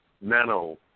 nano